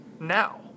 now